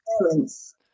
parents